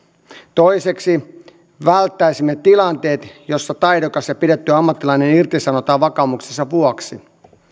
toiseksi välttäisimme tilanteet joissa taidokas ja pidetty ammattilainen irtisanotaan vakaumuksensa vuoksi